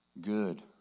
good